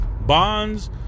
bonds